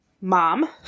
mom